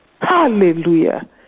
Hallelujah